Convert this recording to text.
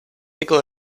eco